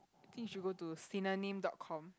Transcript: I think you should go to synonym dot com